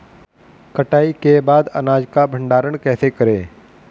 कटाई के बाद अनाज का भंडारण कैसे करें?